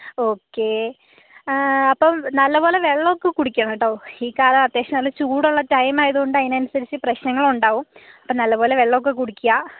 okay അപ്പം നല്ല പോലെ വെള്ളമൊക്കെ കുടിക്കുക കേട്ടോ ഈ കാലം അത്യാവശ്യം നല്ല ചൂടുള്ള ടൈം ആയതുകൊണ്ട് ആതിനനുസരിച്ചുള്ള പ്രശ്നങ്ങളുണ്ടാകും അപ്പം നല്ല പോലെ വെള്ളമൊക്കെ കുടിക്കുക